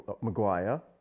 Maguire